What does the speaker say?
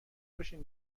باشین